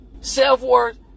self-worth